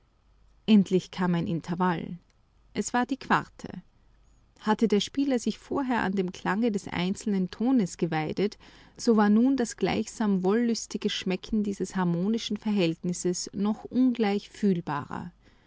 endlich kam ein intervall es war die quarte hatte der spieler sich vorher an dem klange des einzelnen tones geweidet so war nun das gleichsam wollüstige schmecken dieses harmonischen verhältnisses noch ungleich fühlbarer